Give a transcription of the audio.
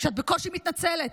את בקושי מתנצלת.